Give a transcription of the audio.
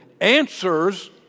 answers